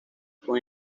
con